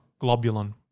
globulin